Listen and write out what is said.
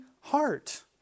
heart